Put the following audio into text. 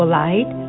light